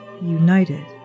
united